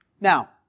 Now